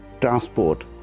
transport